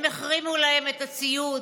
הם החרימו להם את הציוד,